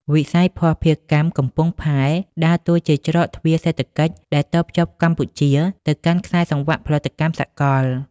វិស័យភស្តុភារកម្មកំពង់ផែដើរតួជា "ច្រកទ្វារសេដ្ឋកិច្ច" ដែលតភ្ជាប់កម្ពុជាទៅកាន់ខ្សែសង្វាក់ផលិតកម្មសកល។